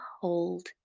hold